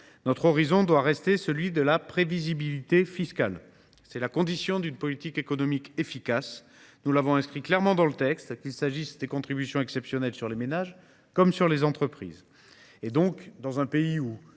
Notre horizon doit rester celui de la prévisibilité fiscale. C’est la condition d’une politique économique efficace. Nous l’avons inscrit clairement dans le texte, qu’il s’agisse des contributions exceptionnelles sur les ménages ou sur les entreprises. Dans un pays où